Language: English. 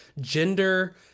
gender